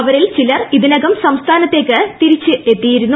അവരിൽ ചിലർ ഇതിനകം സംസ്ഥാനത്തേക്ക് തിരിച്ചെത്തിയിരുന്നു